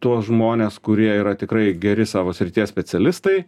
tuos žmones kurie yra tikrai geri savo srities specialistai